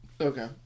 Okay